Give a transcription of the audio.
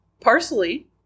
Parsley